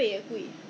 what hmm